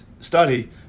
study